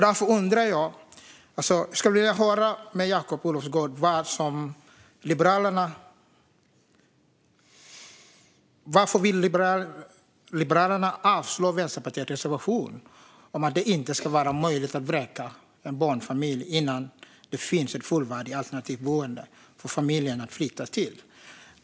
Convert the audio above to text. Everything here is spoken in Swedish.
Därför skulle jag vilja höra med Jakob Olofsgård varför Liberalerna vill avslå Vänsterpartiets reservation om att det inte ska vara möjligt att vräka en barnfamilj innan det finns ett fullvärdigt alternativt boende för familjen att flytta till.